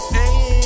Hey